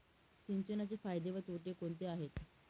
सिंचनाचे फायदे व तोटे कोणते आहेत?